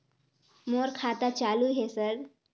मोर खाता चालु हे सर?